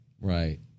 Right